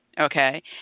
Okay